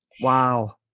Wow